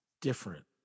different